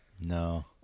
No